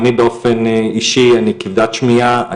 אני באופן אישי אני כבדת שמיעה,